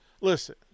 Listen